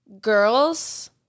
girls